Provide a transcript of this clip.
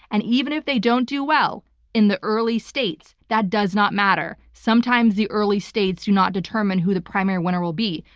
and even if they don't do well in the early states, that does not matter. sometimes the early states do not determine who the primary winner will be.